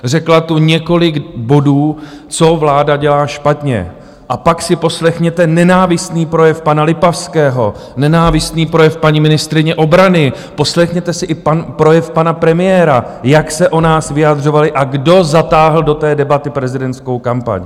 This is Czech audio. Řekla tu několik bodů, co vláda dělá špatně, a pak si poslechněte nenávistný projev pana Lipavského, nenávistný projev paní ministryně obrany, poslechněte si i projev pana premiéra, jak se o nás vyjadřovali a kdo zatáhl do té debaty prezidentskou kampaň.